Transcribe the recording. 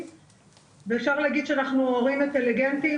ואפשר להגיד שאנחנו הורים אינטליגנטים,